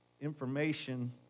information